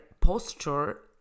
posture